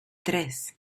tres